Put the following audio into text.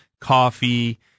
coffee